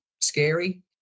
scary